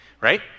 Right